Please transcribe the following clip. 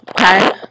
okay